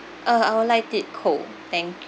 uh I would like it cold thank you